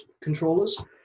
controllers